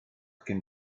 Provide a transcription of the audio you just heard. cyn